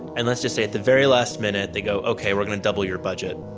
and let's just say at the very last minute they go, okay, we're going to double your budget,